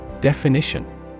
Definition